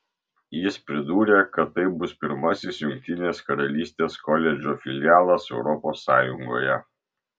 jis pridūrė kad tai bus pirmasis jungtinės karalystės koledžo filialas europos sąjungoje